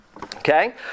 Okay